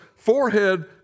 Forehead